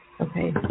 Okay